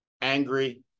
angry